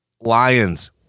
Lions